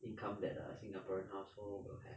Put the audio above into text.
income that err singaporean household will have